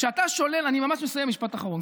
כשאתה שולל, אני ממש מסיים, משפט אחרון.